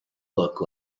look